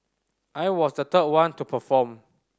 I was the third one to perform